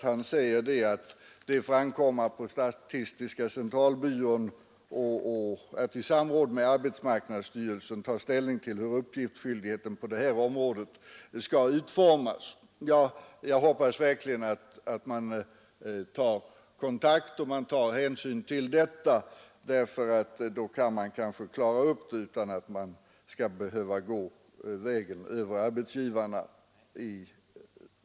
Han säger nämligen att det får ankomma på statistiska centralbyrån att i samråd med arbetsmarknadsstyrelsen ta ställning till hur uppgiftsskyldigheten på det här området skall utformas. Jag hoppas verkligen att man tar kontakt och tar hänsyn till detta. Kanske kan dessa uppgifter inhämtas utan att man går vägen över arbetsgivarna.